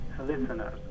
listeners